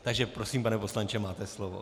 Takže prosím, pane poslanče, máte slovo.